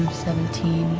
seventeen,